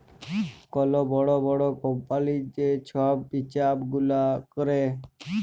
call বড় বড় কম্পালির যে ছব হিছাব গুলা ক্যরে